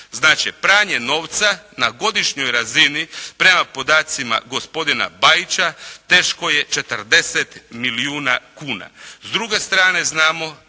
pranje novca na godišnjoj razini prema podacima gospodina Bajića teško je 40 milijuna kuna.